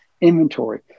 inventory